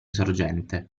sorgente